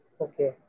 Okay